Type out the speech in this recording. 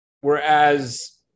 Whereas